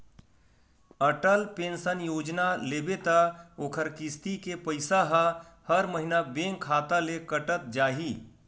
Atal pension Yojana लेबे त ओखर किस्ती के पइसा ह हर महिना बेंक खाता ले कटत जाही